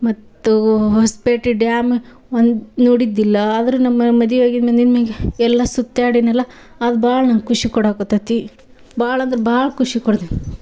ಮತ್ತು ಹೊಸಪೇಟೆ ಡ್ಯಾಮ್ ಒಂದು ನೋಡಿದ್ದಿಲ್ಲ ಆದರೂ ನಮ್ಮ ಮದುವೆಯಾಗಿ ಬಂದಿದ್ ಮ್ಯಾಲ ಎಲ್ಲ ಸುತ್ತಾಡಿನಲ್ಲ ಅದು ಭಾಳ ನಂಗೆ ಖುಷಿ ಕೊಡಕ್ಕತ್ತತಿ ಭಾಳಂದ್ರೆ ಭಾಳ ಖುಷಿ ಕೊಡ್ತೈತೆ